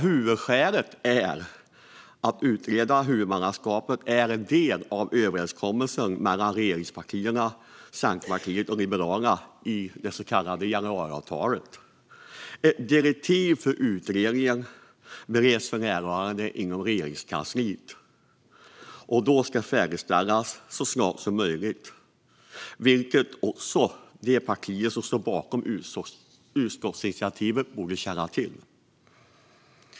Huvudskälet är att utredningen av huvudmannaskapet är en del av överenskommelsen mellan regeringspartierna, Centerpartiet och Liberalerna i det så kallade januariavtalet. Ett direktiv för utredningen bereds för närvarande inom Regeringskansliet och ska färdigställas så snart som möjligt, vilket också de partier som står bakom utskottsinitiativet borde känna till.